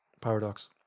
Paradox